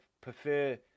prefer